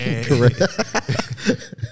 Correct